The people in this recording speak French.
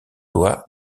doit